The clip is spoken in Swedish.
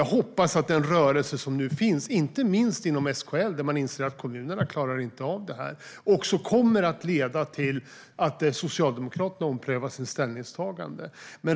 Jag hoppas att den rörelse som nu finns - inte minst inom SKL där man inser att kommunerna inte klarar av det här - också kommer att leda till att Socialdemokraterna omprövar sitt ställningstagande.